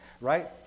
right